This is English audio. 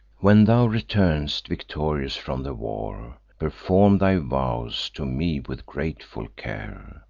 when thou return'st victorious from the war, perform thy vows to me with grateful care.